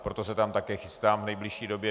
Proto se tam také chystám v nejbližší době.